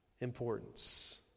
importance